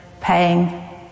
paying